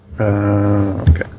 Okay